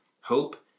hope